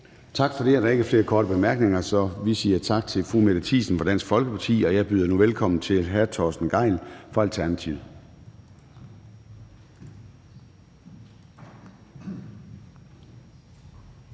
Tak for det. Der er ikke flere korte bemærkninger, så vi siger tak til fru Mette Thiesen fra Dansk Folkeparti, og jeg byder nu velkommen til hr. Torsten Gejl fra Alternativet.